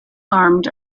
armed